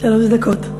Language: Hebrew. שלוש דקות.